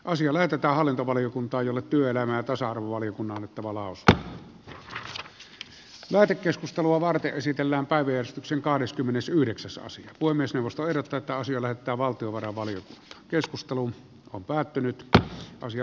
asia lähetetään hallintovaliokuntaan jolle työelämä tasa arvovaliokunnannyttä maalausta taidekeskustelua varten esitellään päivystyksen kahdeskymmenesyhdeksäs ja se voi myös ostaa ja puhemiesneuvosto ehdottaa että valtio varaa paljon keskustelua on päättynyt ja asia